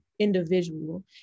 individual